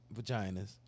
vaginas